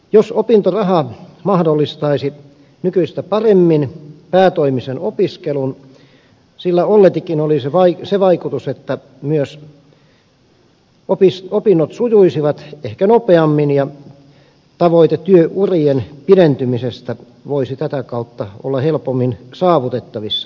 jos opintoraha mahdollistaisi nykyistä paremmin päätoimisen opiskelun sillä olletikin olisi se vaikutus että myös opinnot sujuisivat ehkä nopeammin ja tavoite työurien pidentymisestä voisi tätä kautta olla helpommin saavutettavissa